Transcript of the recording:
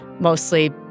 mostly